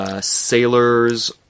Sailors